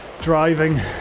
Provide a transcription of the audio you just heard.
driving